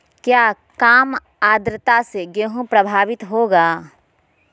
क्या काम आद्रता से गेहु प्रभाभीत होगा?